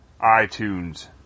iTunes